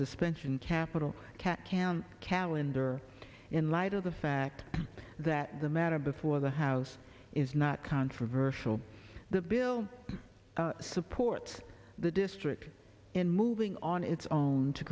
suspension capital cat can calendar in light of the fact that the matter before the house is now controversial the bill supports the district in moving on its own to